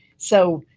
so,